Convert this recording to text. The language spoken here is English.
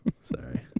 Sorry